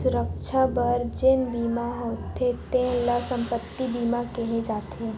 सुरक्छा बर जेन बीमा होथे तेन ल संपत्ति बीमा केहे जाथे